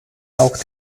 auch